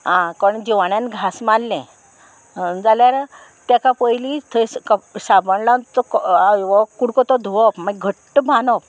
आ कोण जिवण्यान घांस मारले जाल्यार ताका पयली थंय शाबण लावन तो कुडको तो धुवप मागीर घट्ट बांदप